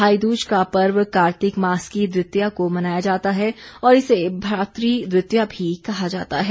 भाई दूज का पर्व कार्तिक मास की द्वितीया को मनाया जाता है और इसे भ्रातृ द्वितीया भी कहा जाता है